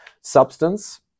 substance